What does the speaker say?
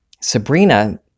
Sabrina